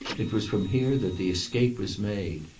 it was from here that the escape was made.